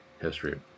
history